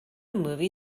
movie